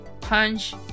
Punch